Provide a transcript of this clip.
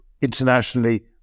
internationally